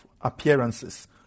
appearances